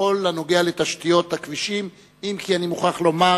בכל הנוגע לתשתיות הכבישים, אם כי אני מוכרח לומר: